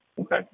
Okay